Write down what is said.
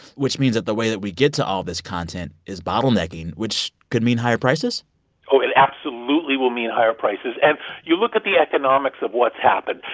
which means that the way that we get to all this content is bottlenecking, which could mean higher prices oh, it absolutely will mean higher prices. and you look at the economics of what's happened.